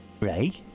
Right